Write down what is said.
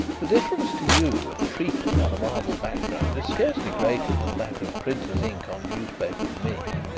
the difference to you of treacle on a marble background is scarcely greater than that of printers' ink on newspaper to me.